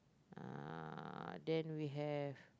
uh then we have